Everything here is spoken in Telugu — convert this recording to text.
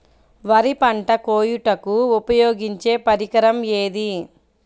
వరి పంట కోయుటకు ఉపయోగించే పరికరం ఏది?